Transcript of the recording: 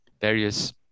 various